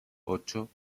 ocho